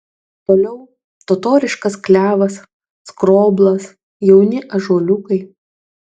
toliau totoriškas klevas skroblas jauni ąžuoliukai